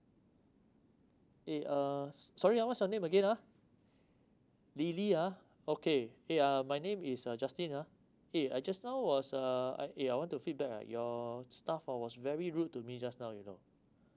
eh uh sorry ah what's your name again ah lily ah okay eh ah my name is uh justin ah eh I just now was uh eh I want to feedback ah your staff ah was very rude to me just now you know